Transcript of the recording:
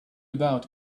about